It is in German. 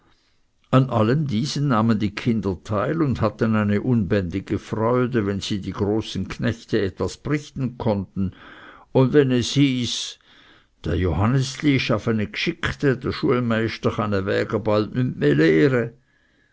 an allem diesem nahmen die kinder teil und hatten eine unbändige freude wenn sie die großen knechte etwas brichten konnten und wenn es hieß dr johannesli ist afe e gschickte dr schumeister cha